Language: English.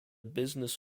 business